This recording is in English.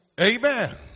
Amen